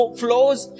flows